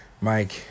Mike